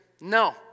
no